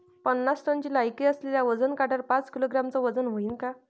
पन्नास टनची लायकी असलेल्या वजन काट्यावर पाच किलोग्रॅमचं वजन व्हईन का?